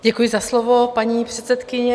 Děkuji za slovo, paní předsedkyně.